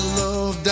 love